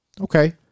Okay